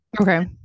okay